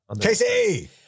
Casey